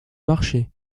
marcher